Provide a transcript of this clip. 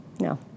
No